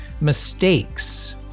mistakes